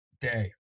day